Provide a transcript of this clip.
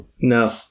No